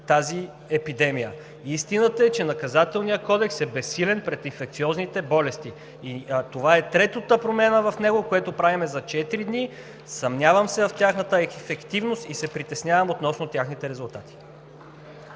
тази епидемия. Истината е, че Наказателният кодекс е безсилен пред инфекциозните болести. Това е третата промяна в него, която правим за четири дни. Съмнявам се в тяхната ефективност и се притеснявам относно техните резултати.